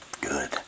good